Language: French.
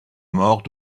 mort